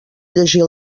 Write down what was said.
llegir